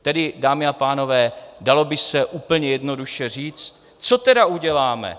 Tedy dámy a pánové, dalo by se úplně jednoduše říci: Co tedy uděláme?